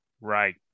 right